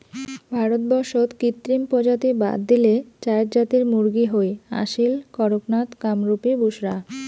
ভারতবর্ষত কৃত্রিম প্রজাতি বাদ দিলে চাইর জাতের মুরগী হই আসীল, কড়ক নাথ, কামরূপী, বুসরা